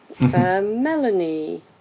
Melanie